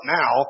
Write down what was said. now